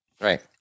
Right